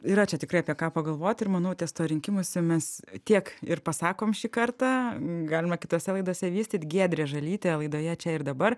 yra čia tikrai apie ką pagalvoti ir manau ties tuo rinkimuosi mes tiek ir pasakom šį kartą galima kitose laidose vystyt giedrė žalytė laidoje čia ir dabar